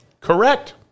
Correct